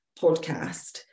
podcast